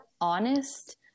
honest